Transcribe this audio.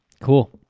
Cool